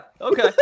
okay